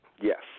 yes